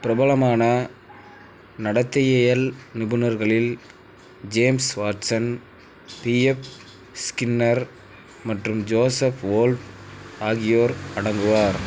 பிரபலமான நடத்தையியல் நிபுணர்களில் ஜேம்ஸ் வாட்சன் பிஎப் ஸ்கின்னர் மற்றும் ஜோசப் வோல்ப் ஆகியோர் அடங்குவார்